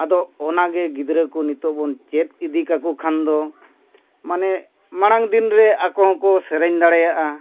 ᱟᱫᱚ ᱚᱱᱟᱜᱮ ᱜᱤᱫᱽᱨᱟᱹ ᱠᱚ ᱱᱤᱛᱚᱜ ᱵᱚᱱ ᱪᱮᱫ ᱤᱫᱤ ᱠᱟᱠᱚ ᱠᱷᱟᱱ ᱫᱚ ᱢᱟᱱᱮ ᱢᱟᱲᱟᱝ ᱫᱤᱱ ᱨᱮ ᱟᱠᱚ ᱦᱚᱸᱠᱚ ᱥᱮᱨᱮᱧ ᱫᱟᱲᱮᱭᱟᱜᱼᱟ